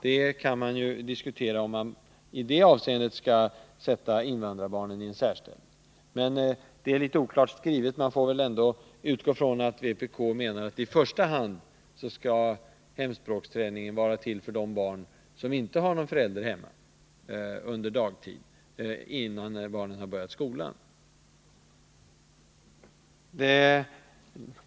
Det kan diskuteras om man i det avseendet skall sätta invandrarbarnen i en särställning. Men det är litet oklart skrivet. Vi får väl utgå från att vpk menar att hemspråksträningen på förskolestadiet i första hand skall vara till för de barn som inte har någon förälder hemma på dagtid.